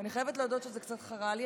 ואני חייבת להודות שזה קצת חרה לי,